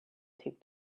taped